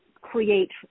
create